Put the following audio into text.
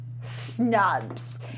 snubs